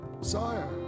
Sire